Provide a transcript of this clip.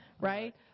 Right